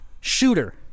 shooter